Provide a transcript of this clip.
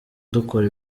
dukora